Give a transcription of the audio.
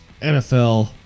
NFL